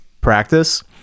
practice